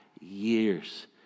years